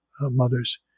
mothers